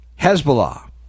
Hezbollah